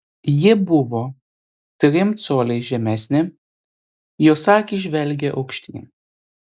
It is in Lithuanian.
ji buvo trim coliais žemesnė jos akys žvelgė aukštyn